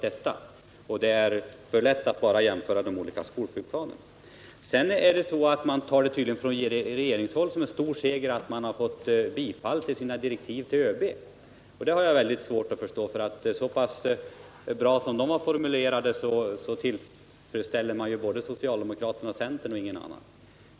Det är alltså fel att bara jämföra de olika skolflygplanen. På regeringshåll betraktar man det tydligen som en stor seger att direktiven till ÖB hartillstyrkts. Det har jag mycket svårt att förstå, för så pass bra som de var formulerade tillfredsställer man både socialdemokraterna och centern men ingen annan.